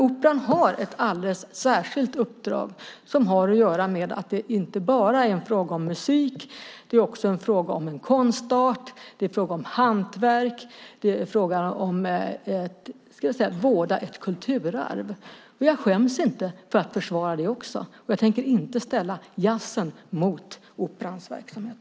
Operan har ett alldeles särskilt uppdrag, som har att göra med att det är en fråga inte bara om musik utan också om en konstart, om ett hantverk och om att vårda ett kulturarv. Jag skäms inte för att försvara det också. Jag tänker inte ställa jazzen mot Operans verksamhet.